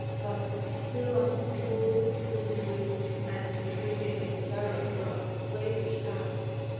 but still unschooled to misery and shrinking in terror from slavish tasks,